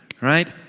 right